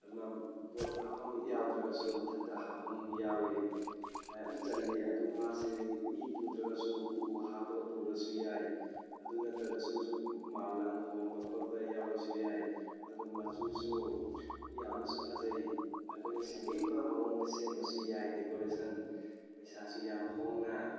ꯑꯃ ꯄꯣꯠ ꯍꯥꯞꯐꯝ ꯌꯥꯎꯗ꯭ꯔꯒꯁꯨ ꯃꯊꯛꯇ ꯍꯥꯞꯐꯝ ꯌꯥꯎꯋꯤ ꯃꯌꯥꯝꯁꯨ ꯆꯜꯂꯤ ꯑꯗꯨ ꯃꯥꯁꯤ ꯃꯤ ꯄꯨꯗ꯭ꯔꯒꯁꯨ ꯎ ꯍꯥꯞꯄꯒ ꯄꯨꯔꯁꯨ ꯌꯥꯏ ꯑꯗꯨ ꯅꯠꯇ꯭ꯔꯒꯁꯨ ꯃꯥꯜ ꯂꯥꯡ ꯍꯣꯟꯕ ꯈꯣꯠꯄ ꯌꯥꯎꯕꯁꯨ ꯌꯥꯏ ꯑꯗꯨꯒ ꯃꯆꯨꯁꯨ ꯌꯥꯝꯅꯁꯨ ꯐꯖꯩ ꯑꯩꯈꯣꯏꯅ ꯁꯦꯝꯅꯤꯡꯕ ꯃꯑꯣꯡꯗ ꯁꯦꯝꯕꯁꯨ ꯌꯥꯏ ꯗꯦꯀꯣꯔꯦꯁꯟ ꯄꯩꯁꯥꯁꯨ ꯌꯥꯝ ꯍꯣꯡꯅ